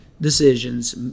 decisions